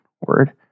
word